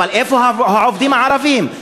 אבל איפה העובדים הערבים?